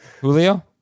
Julio